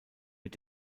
mit